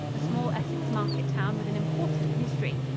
a small essex market town with an important history.